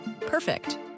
Perfect